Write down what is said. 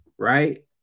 Right